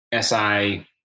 SI